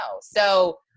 So-